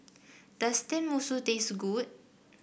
does Tenmusu taste good